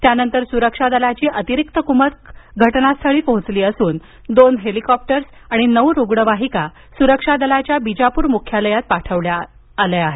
त्यानंतर सुरक्षा दलाची अतिरिक्त कुमक घटनास्थळी पोहोचली असून दोन हेलीकोप्तर्स आणि नऊ रुग्णवाहिका सुरक्षा दलांच्या बिजापूर मुख्यालयात पाठविण्यात आल्या आहेत